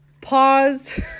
pause